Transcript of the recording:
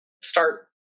start